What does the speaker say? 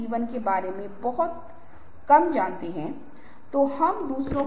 जवाब है नहीं बाल्टी में पानी भरे